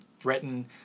threaten